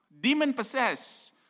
demon-possessed